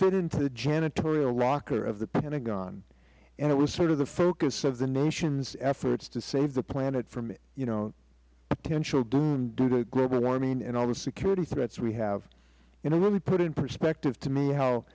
into the janitorial locker of the pentagon and it was sort of the focus of the nation's efforts to save the planet from you know potential doom due to global warming and all the security threats we have and it really put in perspective to me how